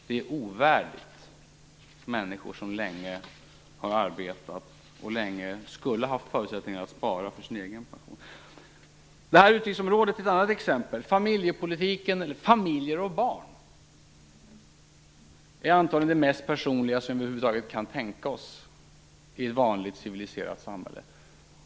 Det är ovärdigt människor som länge har arbetat och länge skulle haft förutsättningar att spara för sin egen pension. Detta utgiftsområde är ett annat exempel. Det handlar om familjepolitiken, eller familjer och barn. Det är antagligen det mest personliga som vi över huvud taget kan tänka oss i ett vanligt civiliserat samhälle.